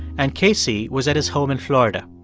and casey was at his home in florida.